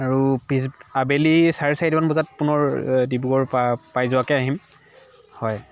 আৰু পিছ আবেলি চাৰে চাৰিটামান বজাত পুনৰ ডিব্ৰুগড় পাই যোৱাকৈ আহিম হয়